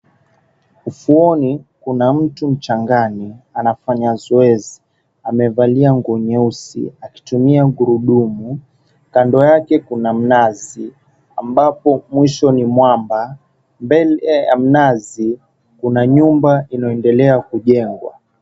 Ufuoni kuna mtu mchangani, anafanya zoezi amevalia nguo nyeusi akitumia ghurudumu. Kkando yake kuna mnazi ambapo mwisho ni mwamba. Mbele ya mnazi kuna nyumba inaendelea kujengwa.